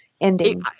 ending